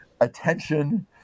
attention